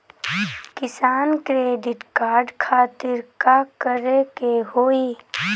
किसान credit card खातिर का करे के होई?